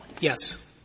Yes